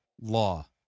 law